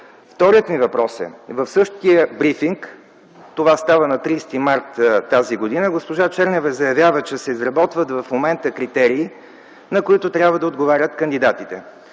Вторият ми въпрос е: на същия брифинг, това става на 30 март тази година, госпожа Чернева заявява, че се изработват в момента критерии, на които трябва да отговарят кандидатите.